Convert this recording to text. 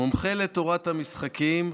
מומחה לתורת המשחקים,